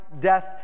death